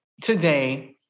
today